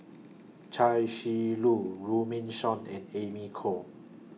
Chia Shi Lu Runme Shaw and Amy Khor